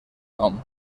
nom